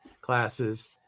classes